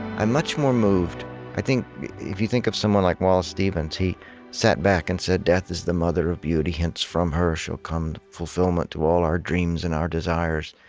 i'm much more moved i think, if you think of someone like wallace stevens, he sat back and said, death is the mother of beauty hence from her shall come fulfillment to all our dreams and our desires.